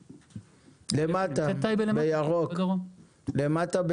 הזמנים השאפתניים יחסית האלה -- זה 2031. נכון.